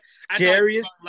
Scariest